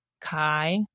kai